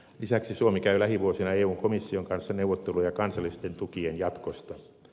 lisäksi suomi käy lähivuosina eun komission kanssa neuvotteluja kansallisten tukien jatkosta